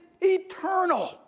eternal